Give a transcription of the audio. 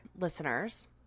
listeners